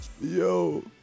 Yo